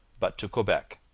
but to quebec.